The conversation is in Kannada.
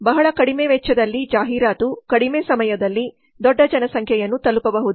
ಬಹಳ ಕಡಿಮೆ ವೆಚ್ಚದಲ್ಲಿ ಜಾಹೀರಾತು ಕಡಿಮೆ ಸಮಯದಲ್ಲಿ ದೊಡ್ಡ ಜನಸಂಖ್ಯೆಯನ್ನು ತಲುಪಬಹುದು